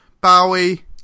Bowie